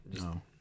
No